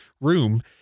room